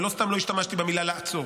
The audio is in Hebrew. ולא סתם לא השתמשתי במילה "לעצור"